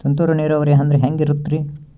ತುಂತುರು ನೇರಾವರಿ ಅಂದ್ರೆ ಹೆಂಗೆ ಇರುತ್ತರಿ?